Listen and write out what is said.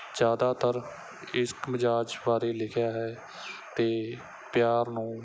ਜ਼ਿਆਦਾਤਰ ਇਸ਼ਕ ਮਿਜ਼ਾਜ ਬਾਰੇ ਲਿਖਿਆ ਹੈ ਅਤੇ ਪਿਆਰ ਨੂੰ